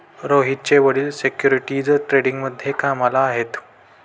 रोहितचे वडील सिक्युरिटीज ट्रेडिंगमध्ये कामाला आहेत